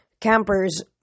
campers